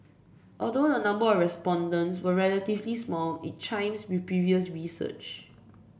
although the number of respondents was relatively small it chimes with previous research